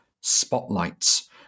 spotlights